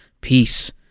peace